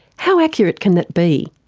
how accurate can that be?